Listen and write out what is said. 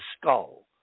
skull